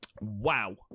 Wow